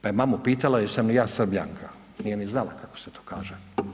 Pa je mamu pitala jesam li ja Srbljanka, nije ni znala kako se to kaže.